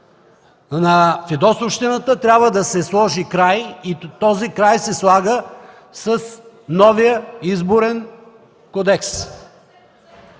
На фидосовщината трябва да се сложи край и той се слага с новия Изборен кодекс.